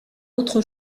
autre